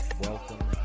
welcome